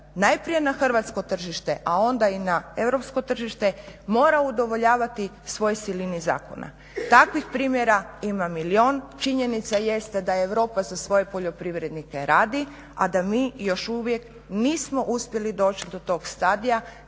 najprije na hrvatsko tržište a onda i na europsko tržište mora udovoljavati svojoj silini zakona. Takvih primjera ima milijun. Činjenica jeste da Europa za svoje poljoprivrednike radi a da mi još uvijek nismo uspjeli doći do tog stadija